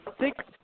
six